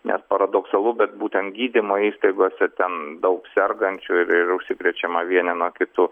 nes paradoksalu bet būten gydymo įstaigose ten daug sergančių ir ir užsikrečiama vieni nuo kitų